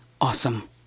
awesome